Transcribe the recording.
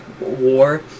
war